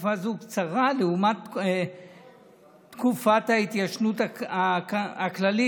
תקופה זו קצרה לעומת תקופת ההתיישנות הכללית,